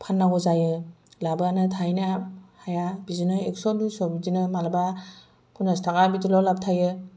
फाननांगौ जायो लाबानो थाहैनो हाया बिदिनो एकस' दुयस' मालाबा पनसास थाखा बिदिल' लाब थायो